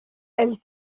elles